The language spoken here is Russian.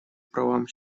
правам